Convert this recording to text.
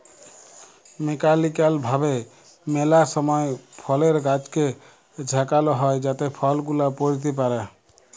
mechanical ভাবে ম্যালা সময় ফলের গাছকে ঝাঁকাল হই যাতে ফল গুলা পইড়তে পারে